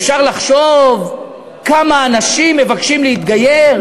אפשר לחשוב כמה אנשים מבקשים להתגייר,